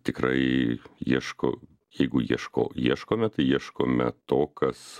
tikrai ieško jeigu ieško ieškome tai ieškome to kas